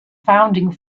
founding